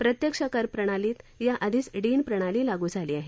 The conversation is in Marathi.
प्रत्यक्ष करप्रणालीत याआधीच डिन प्रणाली लागू झाली आहे